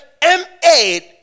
M8